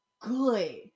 good